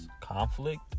Conflict